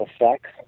effects